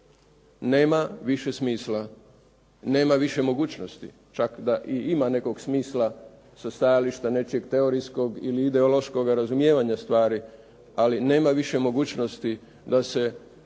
Nema više smisla, nema više mogućnosti čak da i ima nekog smisla sa stajališta nečijeg teorijskog ili ideološkog razumijevanja stvari ali nema više mogućnosti da se